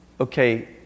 okay